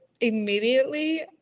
immediately